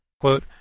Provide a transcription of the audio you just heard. quote